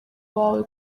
bawe